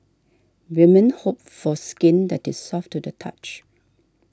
women hope for skin that is soft to the touch